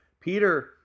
Peter